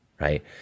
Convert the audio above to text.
right